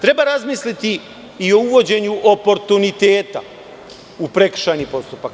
Treba razmisliti i o uvođenju oportuniteta u prekršajni postupak.